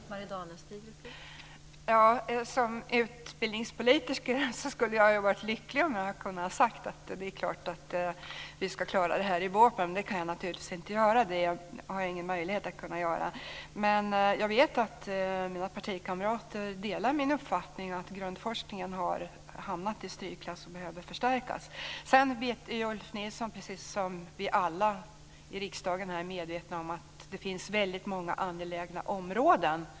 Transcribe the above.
Fru talman! Som utbildningspolitiker skulle jag vara lycklig om jag kunde säga att det är klart att vi ska klara detta i vårpropositionen. Det kan jag naturligtvis inte göra. Jag har ingen möjlighet till det. Men jag vet att mina partikamrater delar min uppfattning att grundforskningen har hamnat i strykklass och behöver förstärkas. Sedan är Ulf Nilsson, precis som vi alla i riksdagen, medveten om att det finns väldigt många angelägna områden.